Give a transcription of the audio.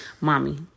Mommy